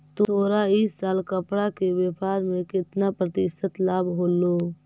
तोरा इ साल कपड़ा के व्यापार में केतना प्रतिशत लाभ होलो?